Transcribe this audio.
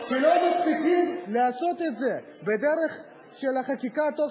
כי לא מספיקים לעשות את זה בדרך של החקיקה בתוך שבועיים,